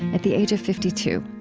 at the age of fifty two.